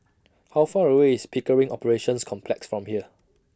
How Far away IS Pickering Operations Complex from here